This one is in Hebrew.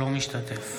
משתתף